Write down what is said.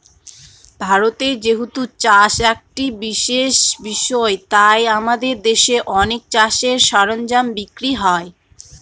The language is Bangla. ভারতে যেহেতু চাষ একটা বিশেষ বিষয় তাই আমাদের দেশে অনেক চাষের সরঞ্জাম বিক্রি হয়